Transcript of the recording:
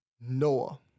Noah